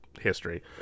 history